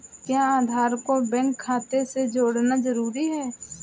क्या आधार को बैंक खाते से जोड़ना जरूरी है?